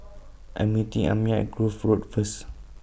I Am meeting Amiah At Grove Road First